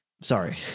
Sorry